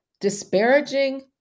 disparaging